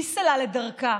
מי סלל את דרכה?